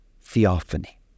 theophany